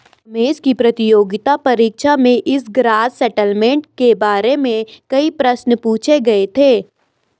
रमेश की प्रतियोगिता परीक्षा में इस ग्रॉस सेटलमेंट के बारे में कई प्रश्न पूछे गए थे